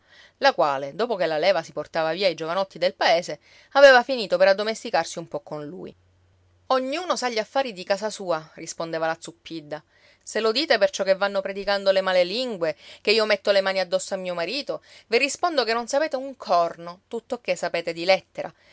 la quale dopo che la leva si portava via i giovanotti del paese aveva finito per addomesticarsi un po con lui ognuno sa gli affari di casa sua rispondeva la zuppidda se lo dite per ciò che vanno predicando le male lingue che io metto le mani addosso a mio marito vi rispondo che non sapete un corno tuttoché sapete di lettera